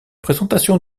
présentation